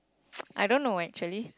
I don't know actually